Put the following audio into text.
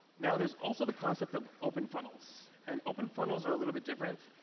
now, there's also the concept of open funnels and open funnels are a little bit different.